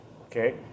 okay